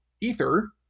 Ether